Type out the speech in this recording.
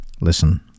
listen